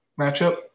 matchup